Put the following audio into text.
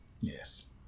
Yes